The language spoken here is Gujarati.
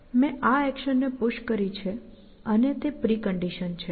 મેં આ એક્શનને પુશ કરી છે અને તે પ્રિકન્ડિશન છે